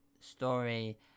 story